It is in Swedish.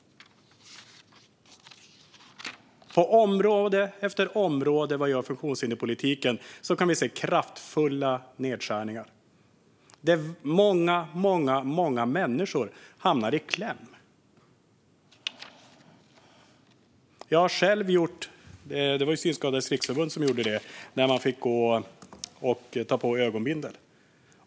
På område efter område inom funktionshinderspolitiken kan vi se kraftfulla nedskärningar. Det är väldigt många människor som hamnar i kläm. Synskadades Riksförbund lät oss prova på att gå några kvarter med ögonbindel.